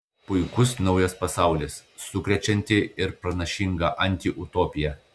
puikus naujas pasaulis sukrečianti ir pranašinga antiutopija